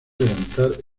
levantar